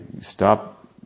stop